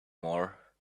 more